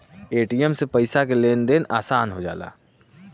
ATM से पइसा के लेन देन आसान हो जाला